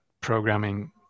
programming